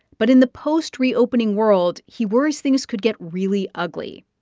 but in the post-reopening world, he worries things could get really ugly.